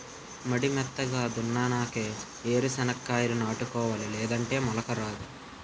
మడి మెత్తగా దున్నునాకే ఏరు సెనక్కాయాలు నాటుకోవాలి లేదంటే మొలక రాదు